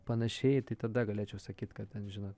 panašiai tai tada galėčiau sakyti kad ten žinot